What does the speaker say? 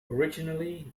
originally